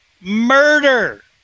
Murder